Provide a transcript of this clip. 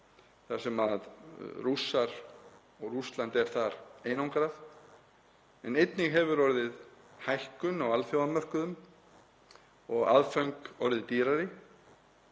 þar sem Rússland er þar einangrað en einnig hefur orðið hækkun á alþjóðamörkuðum og aðföng orðið dýrari